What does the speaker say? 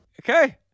Okay